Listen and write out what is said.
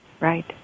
Right